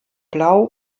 blau